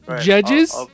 Judges